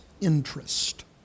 interest